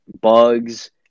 bugs